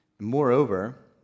Moreover